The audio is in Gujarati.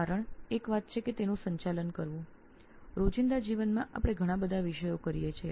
કારણ એક વાત છે કે તેનું સંચાલન કરવું દૈનિક જીવનમાં ઘણા બધા વિષયો હોય છે